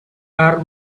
are